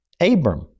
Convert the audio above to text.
Abram